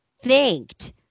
thanked